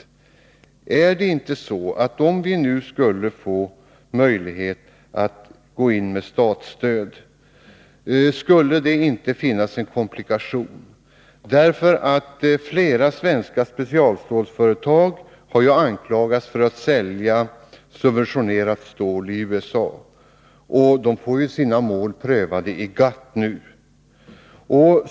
Skulle det inte uppstå en komplikation om man gick in med statsstöd? Flera svenska specialstålsföretag har ju anklagats för att sälja subventionerat stål i USA, och de får nu sina mål prövade i GATT.